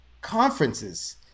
conferences